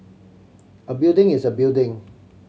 a building is a building